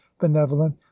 benevolent